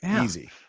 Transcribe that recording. Easy